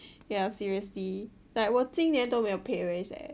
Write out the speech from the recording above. yeah seriously like 我今年都没有 pay raise leh